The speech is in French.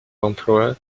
l’emploi